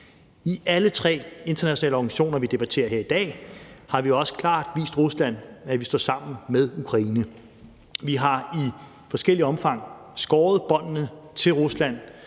I alle tre internationale organisationer, vi debatterer her i dag, har vi også klart vist Rusland, at vi står sammen med Ukraine. Vi har i forskelligt omfang skåret båndene til Rusland.